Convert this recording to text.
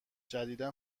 جدیدا